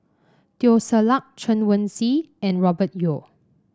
Teo Ser Luck Chen Wen Hsi and Robert Yeo